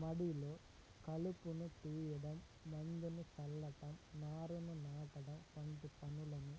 మడిలో కలుపును తీయడం, మందును చల్లటం, నారును నాటడం వంటి పనులను